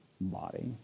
body